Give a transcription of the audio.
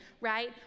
right